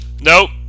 nope